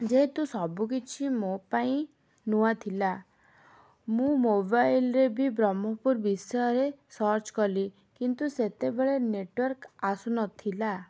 ଯେହେତୁ ସବୁକିଛି ମୋ ପାଇଁ ନୂଆ ଥିଲା ମୁଁ ମୋବାଇଲ୍ରେ ବି ବ୍ରହ୍ମପୁର ବିଷୟରେ ସର୍ଚ୍ଚ କଲି କିନ୍ତୁ ସେତେବେଳେ ନେଟୱାର୍କ୍ ଆସୁନଥିଲା